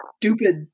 stupid